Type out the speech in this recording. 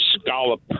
scallop